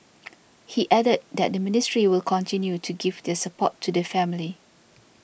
he added that the ministry will continue to give their support to the family